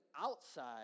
outside